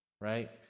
right